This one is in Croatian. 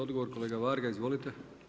Odgovor kolega Varga, izvolite.